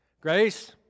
Grace